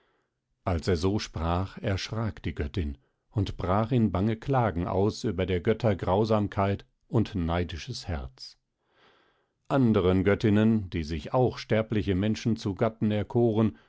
als er so sprach erschrak die göttin und brach in bange klagen aus über der götter grausamkeit und neidisches herz anderen göttinnen die sich auch sterbliche menschen zu gatten erkoren